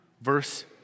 verse